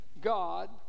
God